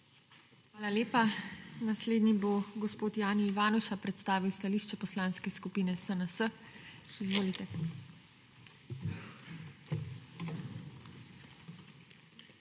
Hvala lepa. Naslednji bo gospod Jani Ivanuša predstavil stališče Poslanske skupine SNS. Izvolite.